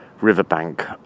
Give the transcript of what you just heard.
riverbank